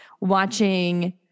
watching